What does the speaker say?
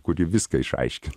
kuri viską išaiškino